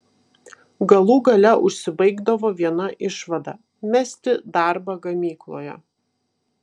galų gale užsibaigdavo viena išvada mesti darbą gamykloje